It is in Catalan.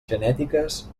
genètiques